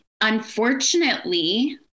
unfortunately